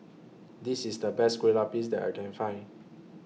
This IS The Best Kueh Lapis that I Can Find